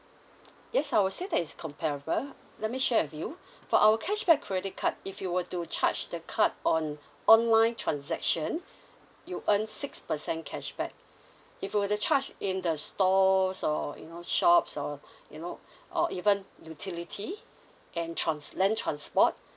yes I would say that it is comparable let me share with you for our cashback credit card if you were to charge the card on online transaction you earn six percent cashback if you were to charge in the stalls or you know shops or you know or even utility and trans~ land transport